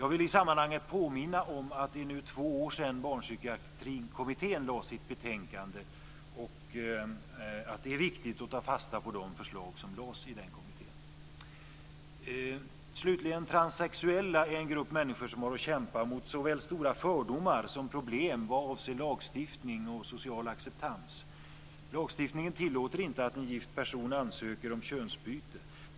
Jag vill i sammmanhanget påminna om att det nu är två år sedan Barnpsykiatrikommittén lade fram sitt betänkande, och det är viktigt att ta fasta på de förslag som lades fram att kommittén. Transsexuella är en grupp människor som har att kämpa mot såväl stora fördomar som problem vad avser lagstiftning och social acceptans. Lagstiftningen tillåter inte att en gift person ansöker om könsbyte.